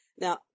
Now